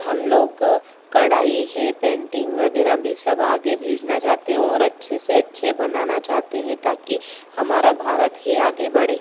हमलोग कढ़ाई है पेन्टिन्ग वग़ैरह भी सब आगे भेजना चाहते हैं और अच्छे से अच्छे बनाना चाहते हैं ताकि हमारा भारत ही आगे बढ़े